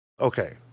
okay